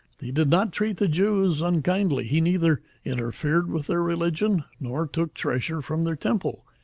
he did not treat the jews unkindly he neither interfered with their religion nor took treasure from their temple.